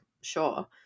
sure